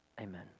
amen